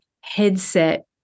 headset